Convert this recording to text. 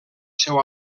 seu